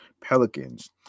pelicans